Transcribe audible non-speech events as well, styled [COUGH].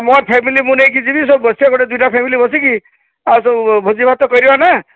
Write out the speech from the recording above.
ମୋ ଫ୍ୟାମିଲି ମୁଁ ନେଇକି ଯିବି [UNINTELLIGIBLE] ଦୁଇଟା ଫ୍ୟାମିଲି ବସିକି ଆଉ ସବୁ ଭୋଜି ଭାତ କରିବା ନା